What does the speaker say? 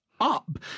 up